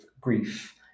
grief